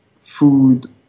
food